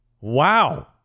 wow